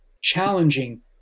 challenging